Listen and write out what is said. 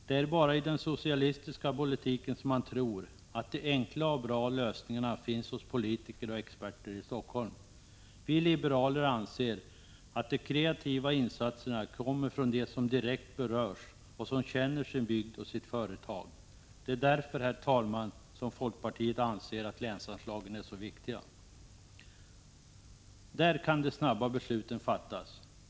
Det är bara i den socialistiska politiken som man tror att de enkla och bra lösningarna finns hos politiker och experter i Helsingfors. Vi liberaler anser att de kreativa insatserna kommer från dem som direkt berörs och som känner sin bygd och sitt företag. Det är därför, herr talman, som folkpartiet anser att länsanslagen är så viktiga. Där kan de snabba besluten fattas.